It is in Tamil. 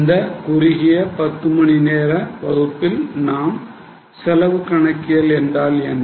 இந்த குறுகிய பத்து மணி நேர வகுப்பில் நாம் செலவு கணக்கியல் என்றால் என்ன